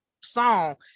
song